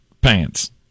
pants